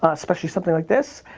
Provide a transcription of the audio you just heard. especially something like this.